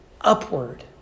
upward